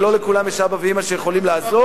ולא לכולם יש אבא ואמא שיכולים לעזור.